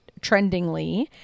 trendingly